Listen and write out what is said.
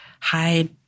hide